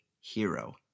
hero